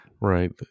Right